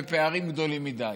בפערים גדולים מדי.